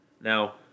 Now